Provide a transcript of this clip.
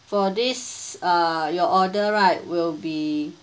for this uh your order right will be